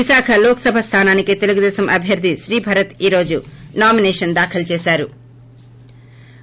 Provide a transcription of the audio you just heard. విశాఖ లోక్సభ స్లానానికి తెలుగుదేశం అభ్యర్థి శ్రీభరత్ ఈ రోజు నామినేషన్ పేశారు